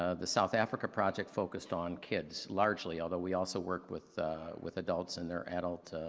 ah the south africa project focused on kids largely although we also worked with with adults in their adult